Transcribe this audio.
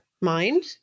mind